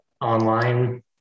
online